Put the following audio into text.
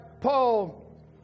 Paul